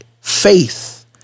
faith